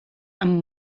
amb